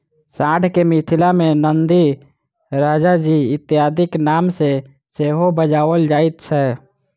साँढ़ के मिथिला मे नंदी, राजाजी इत्यादिक नाम सॅ सेहो बजाओल जाइत छै